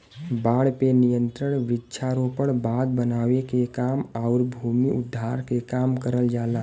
बाढ़ पे नियंत्रण वृक्षारोपण, बांध बनावे के काम आउर भूमि उद्धार के काम करल जाला